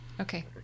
okay